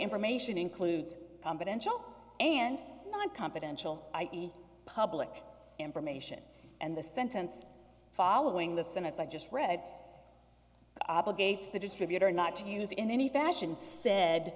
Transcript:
information includes potential and not confidential i e public information and the sentence following the senate's i just read obligates the distributor not to use in any fashion said